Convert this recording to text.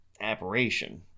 apparition